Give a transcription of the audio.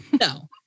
No